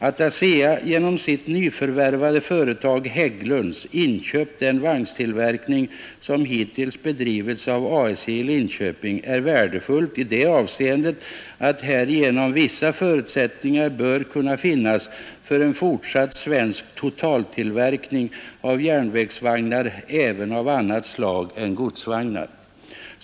Att ASEA genom sitt nyförvärvade företag AB Hägglund & Söner inköpt den vagntillverkning som hittills bedrivits av ASJ i Linköping är värdefullt i det avseendet att härigenom vissa förutsättningar bör kunna finnas för en fortsatt svensk totaltillverkning av järnvägsvagnar även av annat slag än godsvagnar.